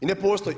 I ne postoji.